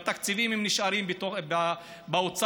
והתקציבים נשארים באוצר,